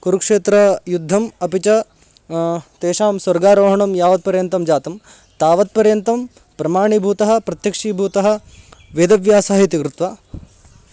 कुरुक्षेत्रयुद्धम् अपि च तेषां स्वर्गारोहणं यावत्पर्यन्तं जातं तावत्पर्यन्तं प्रमाणीभूतः प्रत्यक्षीभूतः वेदव्यासः इति कृत्वा